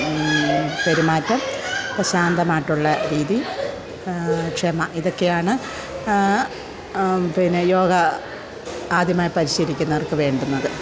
പെരുമാറ്റം ശാന്തമായിട്ടുള്ള രീതി ക്ഷമ ഇതൊക്കെയാണ് പിന്നെ യോഗ ആദ്യമായി പരിശീലിക്കുന്നവർക്ക് വേണ്ടുന്നത്